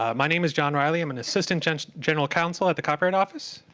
ah my name is john riley. i'm an assistant general general counsel at the copyright office.